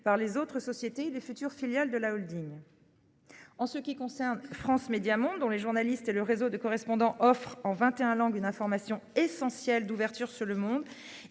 par les autres sociétés et les futures filiales de la holding. Pour ce qui concerne France Médias Monde, dont les journalistes et le réseau de correspondants offrent, en vingt et une langues, une information essentielle d'ouverture sur le monde